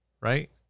right